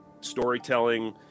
storytelling